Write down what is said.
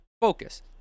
focus